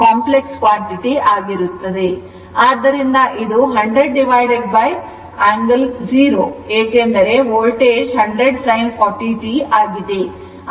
ಆದ್ದರಿಂದ ಇದು 100 √ angle 0o ಏಕೆಂದರೆ ವೋಲ್ಟೇಜ್ 100 sin 40 t ಆಗಿದೆ